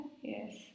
Yes